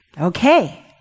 Okay